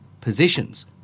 positions